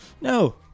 No